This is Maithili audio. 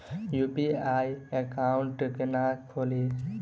यु.पी.आई एकाउंट केना खोलि?